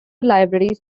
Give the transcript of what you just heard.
libraries